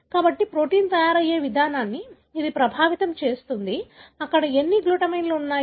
కాబట్టి ప్రోటీన్ తయారయ్యే విధానాన్ని ఇది ప్రభావితం చేస్తుంది అక్కడ ఎన్ని గ్లూటామైన్లు ఉన్నాయి